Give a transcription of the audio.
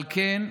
על כן,